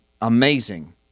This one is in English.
amazing